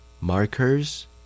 Markers